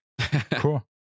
Cool